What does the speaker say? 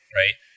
right